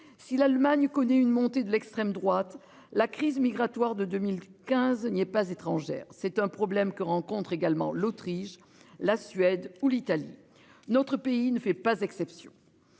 Si l'Allemagne connaît une montée de l'extrême droite. La crise migratoire de 2015 n'y est pas étrangère, c'est un problème que rencontrent également l'Autriche, la Suède ou l'Italie. Notre pays ne fait pas exception.